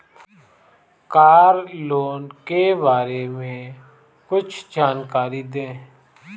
Car loan के बारे में कुछ जानकारी दें?